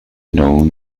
known